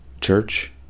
church